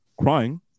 crying